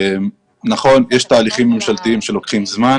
נכון, יש תהליכים ממשלתיים שלוקחים זמן.